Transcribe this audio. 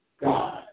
God